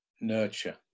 nurture